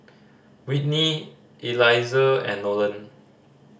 Whitney Eliezer and Nolen